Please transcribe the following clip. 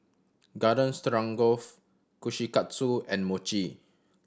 Garden Stroganoff Kushikatsu and Mochi